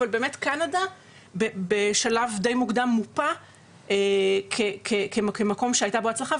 אבל באמת קנדה בשלב די מוקדם מופה כמקום שהייתה בו הצלחה,